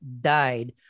died